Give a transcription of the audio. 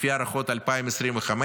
לפי הערכות, 2025,